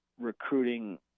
recruiting